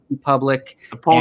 public